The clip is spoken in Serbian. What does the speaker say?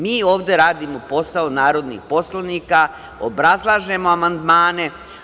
Mi ovde radimo posao narodnih poslanika, obrazlažemo amandmane.